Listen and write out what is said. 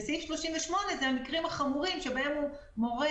וסעיף 38 זה המקרים החמורים של סכנה שבהם הוא מורה